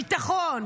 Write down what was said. ביטחון,